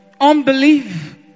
Unbelief